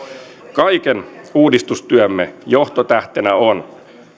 kaiken uudistustyömme johtotähtenä on